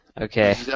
Okay